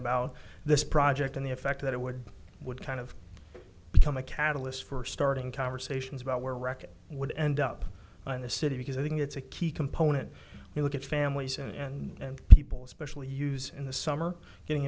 about this project and the effect that it would would kind of become a catalyst for starting conversations about where wreckage would end up in the city because i think it's a key component you look at families and people specially use in the summer getting